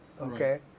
okay